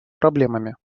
проблемами